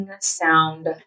sound